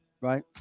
Right